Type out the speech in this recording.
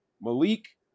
Malik